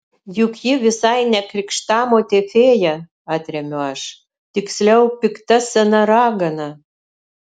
juk ji visai ne krikštamotė fėja atremiu aš tiksliau pikta sena ragana